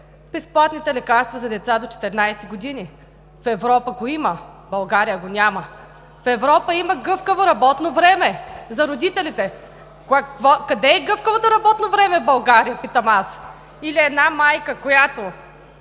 безплатните лекарства за деца до 14 години, в Европа го има, в България го няма. В Европа има гъвкаво работно време за родителите. Къде е гъвкавото работно време в България, питам аз, или една майка, която